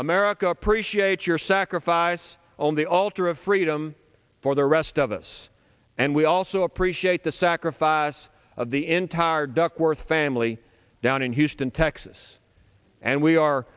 america appreciates your sacrifice on the altar of freedom for the rest of us and we also appreciate the sacrifice of the entire duckworth family down in houston texas and we are